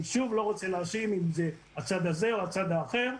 אני לא רוצה להאשים ולומר אם זה הצד הזה או הצד האחר.